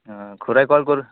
অ' খুৰাই কল কৰ